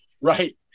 Right